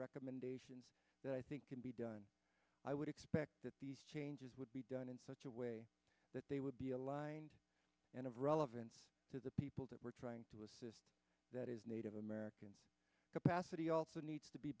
recommendations that i think can be done i would expect that these changes would be done in such a way that they would be aligned and of relevance to the people that we're trying to assist that is native american capacity also needs to be